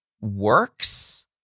Works